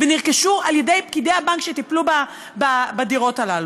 ונרכשו על-ידי פקידי הבנק שטיפלו בדירות הללו.